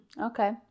Okay